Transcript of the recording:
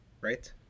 right